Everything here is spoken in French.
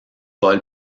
paul